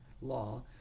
law